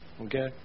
Okay